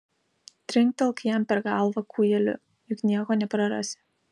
trinktelk jam per galvą kūjeliu juk nieko neprarasi